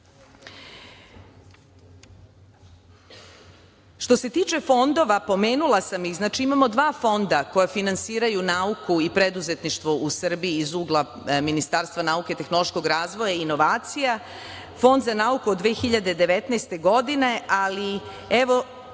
se tiče fondova, pomenula sam ih, znači, imamo dva fonda koji finansiraju nauku i preduzetništvo u Srbiji iz ugla Ministarstva nauke, tehnološkog razvoja i inovacija, Fond za nauku od 2019. godine, ali evo,